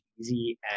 easy